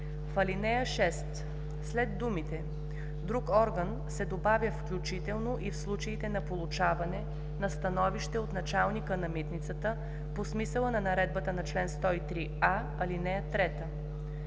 в ал. 6 след думите „друг орган“ се добавя „включително и в случаите на получаване на становище от началника на митницата по смисъла на наредбата по чл. 103а, ал. 3“.